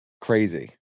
crazy